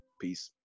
Peace